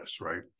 right